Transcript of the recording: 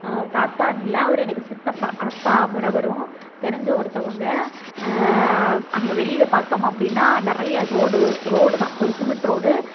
தாத்தான்னு இல்லை அவர் எனக்கு சித்தப்பா அப்பா மொறை வரும் தெரிஞ்ச ஒருத்தங்க அங்கே வெளியில் பார்த்தோம் அப்படின்னா நிறைய ரோடு ரோடு தான் ஒரு சிமெண்ட் ரோடு